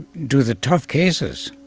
do the tough cases.